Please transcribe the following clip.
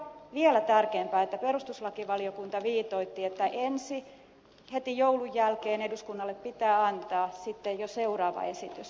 vielä tärkeämpää on että perustuslakivaliokunta viitoitti että heti joulun jälkeen eduskunnalle pitää antaa sitten jo seuraava esitys